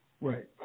right